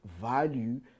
value